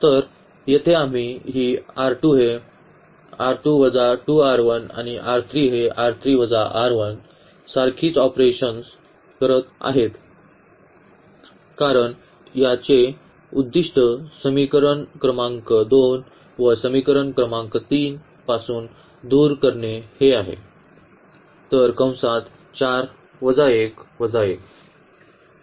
तर येथे आम्ही ही आणि सारखीच ऑपरेशन्स करत आहोत कारण याचे उद्दीष्ट समीकरण क्रमांक 2 व समीकरण क्रमांक 3 पासून दूर करणे हे आहे